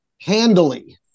handily